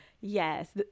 yes